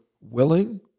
willing